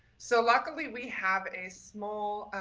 so luckily we have a small,